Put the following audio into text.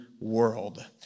world